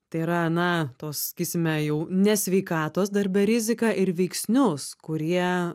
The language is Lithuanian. tai yra na tos sakysime jau ne sveikatos darbe riziką ir veiksnius kurie